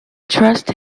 trust